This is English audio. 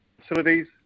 facilities